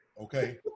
Okay